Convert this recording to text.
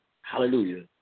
Hallelujah